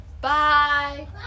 Bye